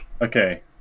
Okay